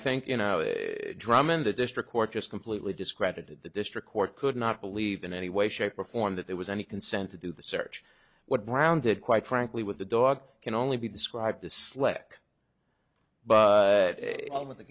think you know drama in the district court just completely discredited the district court could not believe in any way shape or form that there was any consent to do the search what grounded quite frankly with the dog can only be described the slick but